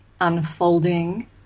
unfolding